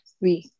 oui